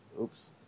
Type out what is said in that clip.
Oops